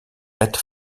het